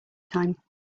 time